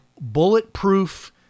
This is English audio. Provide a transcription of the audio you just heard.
bulletproof